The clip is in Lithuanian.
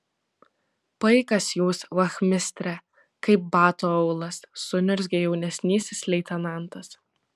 paikas jūs vachmistre kaip bato aulas suniurzgė jaunesnysis leitenantas